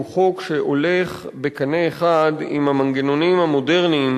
הוא חוק שעולה בקנה אחד עם המנגנונים המודרניים